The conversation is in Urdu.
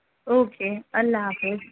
اوکے اللہ حافظ